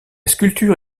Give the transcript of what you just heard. sculpture